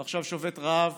ועכשיו שובת רעב